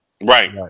Right